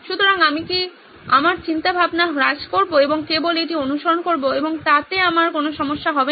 সুতরাং আমি কি আমার চিন্তাভাবনা হ্রাস করব এবং কেবল এটি অনুসরণ করব এবং তাতে আমার কোনো সমস্যা হবে না